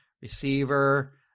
receiver